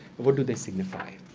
what do they signify?